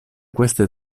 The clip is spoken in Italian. queste